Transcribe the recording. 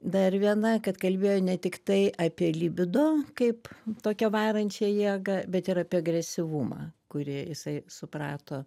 dar viena kad kalbėjo ne tik tai apie libido kaip tokią varančią jėgą bet ir apie agresyvumą kurį jisai suprato